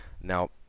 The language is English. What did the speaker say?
now